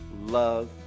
love